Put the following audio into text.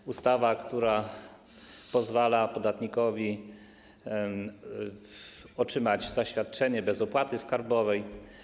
To ustawa, która pozwala podatnikowi otrzymać zaświadczenie bez opłaty skarbowej.